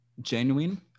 genuine